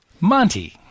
monty